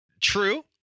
True